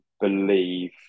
believe